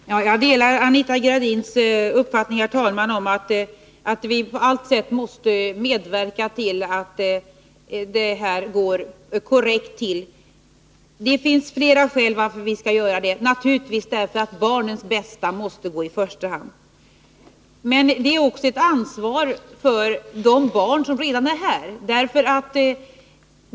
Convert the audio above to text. Herr talman! Jag delar Anita Gradins uppfattning att vi på allt sätt måste medverka till att förmedlingen går korrekt till. Det finns flera skäl till att göra det. Naturligtvis måste barnens bästa komma i första hand. Vi har också ett ansvar för de barn som redan är här.